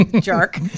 Jerk